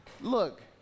look